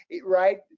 right